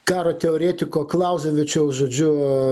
karo teoretiko klausia tai čia jau žodžiu